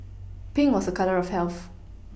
Pink was a colour of health